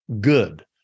good